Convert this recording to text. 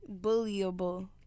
Bullyable